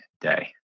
day